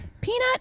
peanut